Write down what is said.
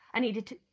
i needed to,